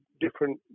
different